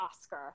Oscar